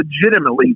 legitimately